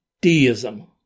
deism